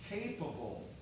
capable